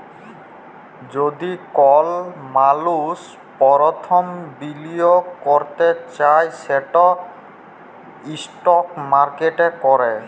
যদি কল মালুস পরথম বিলিয়গ ক্যরতে চায় সেট ইস্টক মার্কেটে ক্যরে